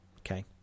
okay